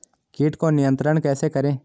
कीट को नियंत्रण कैसे करें?